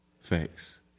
Facts